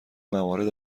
موارد